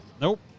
Nope